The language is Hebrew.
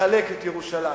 מחלק את ירושלים.